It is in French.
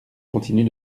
continue